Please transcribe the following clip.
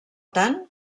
tant